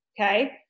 okay